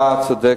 אתה צודק,